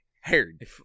haired